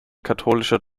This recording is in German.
katholischer